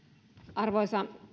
arvoisa